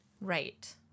Right